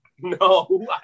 no